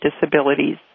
disabilities